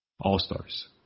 all-stars